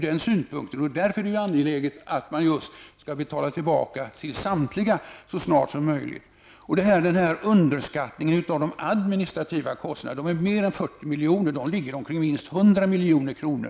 Därför är det angeläget att man betalar tillbaka de tvångssparade medlen så snart som möjligt till samtliga. De administrativa kostnaderna är underskattade. De uppgår till mer än 40 miljoner -- de ligger på minst 100 milj.kr.